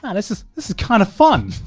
and this is, this is kind of fun.